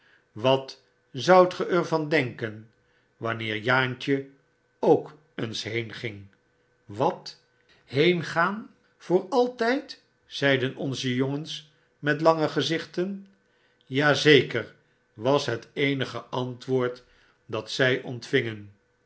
wat zoudt ge er van denken wanneer jaantje ook eens heenging wat heengaan voor altyd zeiden onze jongens met lange gezichten ja zeker was het eenige antwoord dat zy ontvingen